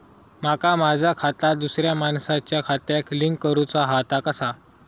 माका माझा खाता दुसऱ्या मानसाच्या खात्याक लिंक करूचा हा ता कसा?